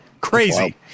Crazy